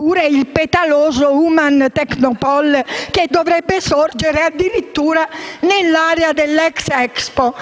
o il "petaloso" Human Technopole, che dovrebbe sorgere addirittura nell'ex area dell'Expo; e